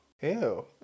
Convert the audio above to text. Ew